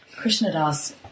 Krishnadas